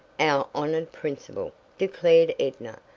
our honored principal, declared edna,